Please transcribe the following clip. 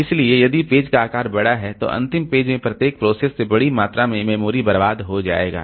इसलिए यदि पेज का आकार बड़ा है तो अंतिम पेज में प्रत्येक प्रोसेस से बड़ी मात्रा में मेमोरी बर्बाद हो जाएगा